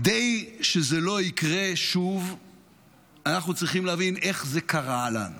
כדי שזה לא יקרה שוב אנחנו צריכים להבין איך זה קרה לנו.